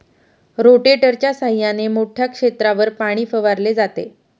रोटेटरच्या सहाय्याने मोठ्या क्षेत्रावर पाणी फवारले जाते